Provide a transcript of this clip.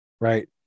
Right